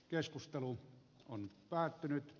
keskustelu on päättynyt